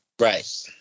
right